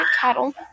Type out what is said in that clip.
cattle